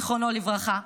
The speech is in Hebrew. זיכרונו לברכה,